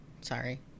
sorry